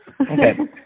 okay